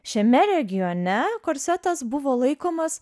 šiame regione korsetas buvo laikomas